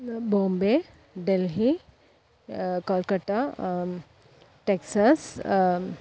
ന് ബോംബെ ഡൽഹി കൊൽക്കട്ട ടെക്സസ്